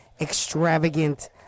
extravagant